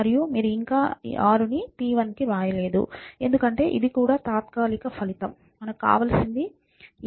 మరియు మీరు ఇంకా 6 ని p1 కి వ్రాయలేరు ఎందుకంటే ఇది కూడా తాత్కాలిక ఫలితం మనకు కావలసినది a d b c